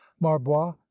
marbois